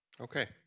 Okay